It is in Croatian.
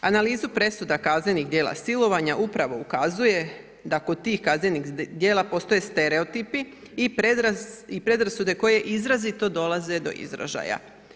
Analiza presuda kaznenih djela silovanja upravo ukazuje da kod tih kaznenim djela postoje stereotipi i predrasude koje izrazito dolaze do izražaja.